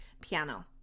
piano